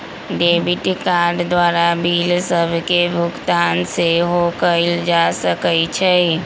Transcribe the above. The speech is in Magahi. डेबिट कार्ड द्वारा बिल सभके भुगतान सेहो कएल जा सकइ छै